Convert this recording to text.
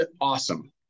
awesome